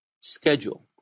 schedule